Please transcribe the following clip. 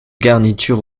garniture